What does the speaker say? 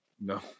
No